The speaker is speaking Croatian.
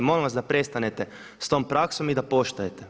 Molim vas da prestanete s tom praksom i da poštujete.